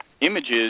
images